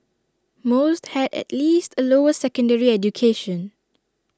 most had at least A lower secondary education